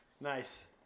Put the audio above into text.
Nice